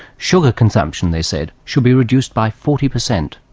sugar consumption, they said, should be reduced by forty percent.